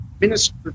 Minister